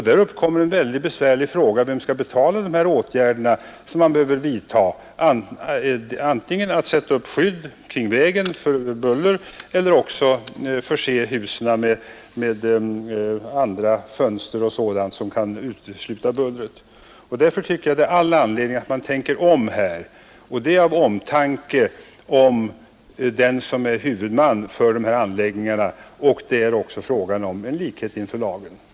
Där uppkommer en mycket besvärlig fråga om vem som skall betala de åtgärder som man behöver vidta — antingen att sätta upp skydd mot buller eller också att förse husen med andra fönster och sådant som kan utestänga buller. Därför tycker jag att det finns all anledning att man tänker om här, detta av omtanke om den som är huvudman för dessa anläggningar och därför att detta är en fråga om likhet inför lagen.